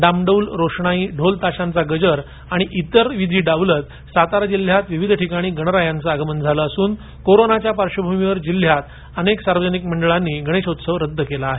डामडौल रोषणाई ढोल ताशाचा गजर आणि इतर विधी डावलत सातारा जिल्ह्यात विविध ठिकाणी गणरायाचे आगमन झालं असून कोरोनाच्या पार्श्वभूमीवर यंदा जिल्ह्यातील अनेक सार्वजनिक मंडळानी गणेशोत्सव रद्द केला आहे